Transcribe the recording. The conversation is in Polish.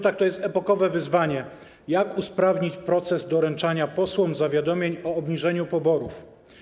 Tak, to jest epokowe wyzwanie, jak usprawnić proces doręczania posłom zawiadomień o obniżeniu poborów.